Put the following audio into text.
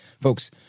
folks